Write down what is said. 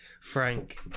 Frank